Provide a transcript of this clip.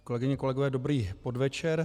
Kolegyně, kolegové, dobrý podvečer.